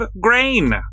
grain